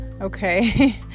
okay